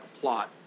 plot